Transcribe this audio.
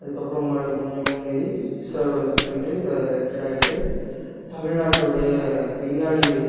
அதுக்கப்றம் கொஞ்சம் கொஞ்சமாக முன்னேறி இஸ்ரோவில் ஒர்க் பண்ணிட்டு இப்போ ரிட்டயட் ஆகிட்டு தமிழ்நாட்டோடய விஞ்ஞானிகள்